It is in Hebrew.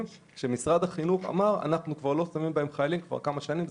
שמשרד החינוך כבר לא משבץ שם חיילים כבר כמה שנים.